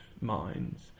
minds